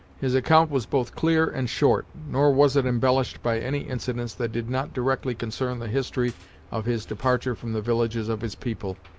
his account was both clear and short, nor was it embellished by any incidents that did not directly concern the history of his departure from the villages of his people,